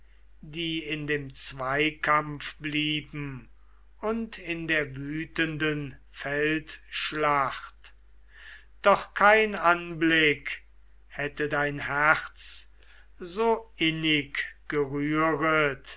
die in dem zweikampf blieben und in der wütenden feldschlacht doch kein anblick hätte dein herz so innig gerühret